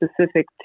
specific